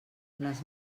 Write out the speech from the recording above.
les